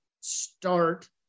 start